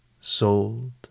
sold